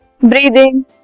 breathing